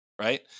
Right